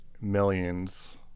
millions